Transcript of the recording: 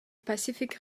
pacific